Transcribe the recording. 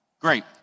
Great